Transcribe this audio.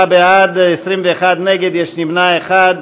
בעד, 21 נגד, נמנע אחד.